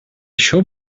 shop